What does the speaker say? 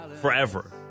forever